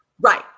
Right